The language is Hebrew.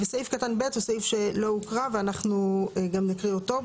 וסעיף קטן (ב) הוא סעיף שלא הוקרא ואנחנו גם נקריא אותו.